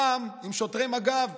והולך לפנות, הפעם עם שוטרי מג"ב,